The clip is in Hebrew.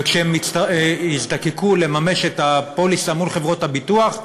וכשהם הזדקקו לממש את הפוליסה מול חברות הביטוח,